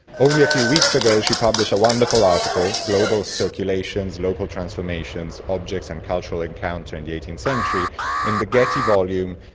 only a few weeks ago, she published a wonderful article, global circulations, local transformations, objects and cultural encounter in the eighteenth century in the getty volume,